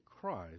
Christ